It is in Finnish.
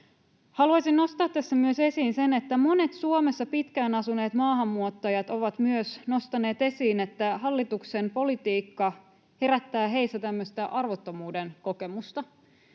Haluaisin nostaa tässä esiin myös sen, että monet Suomessa pitkään asuneet maahanmuuttajat ovat nostaneet esiin, että hallituksen politiikka herättää heissä tämmöistä arvottomuuden kokemusta.